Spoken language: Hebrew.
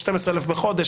12,000 בחודש,